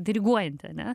diriguojanti ane